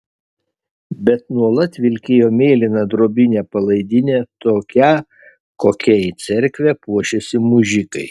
bet nuolat vilkėjo mėlyną drobinę palaidinę tokią kokia į cerkvę puošiasi mužikai